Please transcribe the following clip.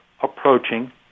approaching